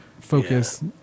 focus